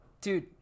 dude